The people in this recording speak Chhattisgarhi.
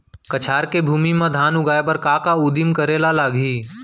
कछार के भूमि मा धान उगाए बर का का उदिम करे ला लागही?